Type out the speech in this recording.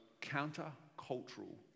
counter-cultural